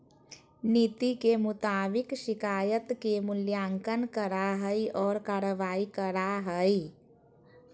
नीति के मुताबिक शिकायत के मूल्यांकन करा हइ और कार्रवाई करा हइ